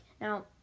now